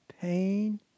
pain